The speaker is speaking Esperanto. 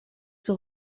sur